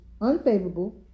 unfavorable